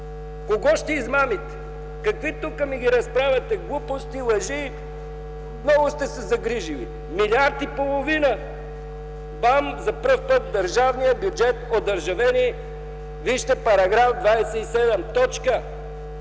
Кого ще измамите? Какви тук ги разправяте глупости, лъжи? Много сте се загрижили?! Милиард и половина! Бам! За пръв път в държавния бюджет одържавени – вижте § 27.